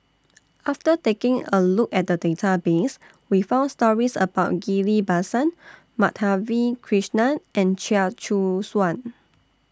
after taking A Look At The Database We found stories about Ghillie BaSan Madhavi Krishnan and Chia Choo Suan